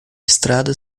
estrada